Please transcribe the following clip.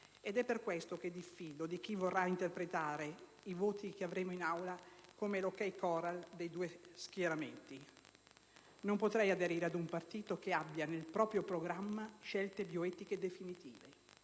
ed è per questo che diffido di chi vorrà interpretare i voti che saranno espressi in Aula come l'OK Corral dei due schieramenti. Non potrei aderire ad un Partito che abbia nel proprio programma scelte bioetiche definitive